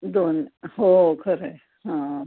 दोन हो खरं आहे हां